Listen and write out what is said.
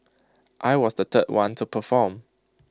I was the third one to perform